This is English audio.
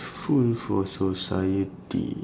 useful for society